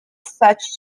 such